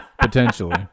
potentially